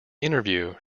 interview